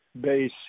base